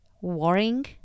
warring